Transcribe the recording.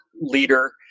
leader